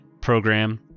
program